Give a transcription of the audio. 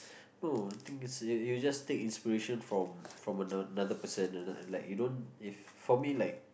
not thing is you you just take inspiration from from another person another like you don't if for me like